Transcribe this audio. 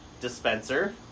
dispenser